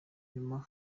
nyuma